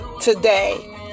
today